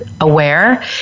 aware